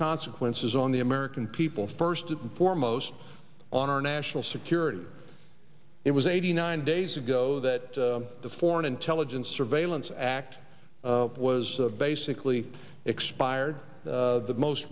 consequences on the american people first and foremost on our national security it was eighty nine days ago that the foreign intelligence surveillance act was basically expired the most